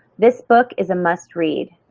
this book is a must read.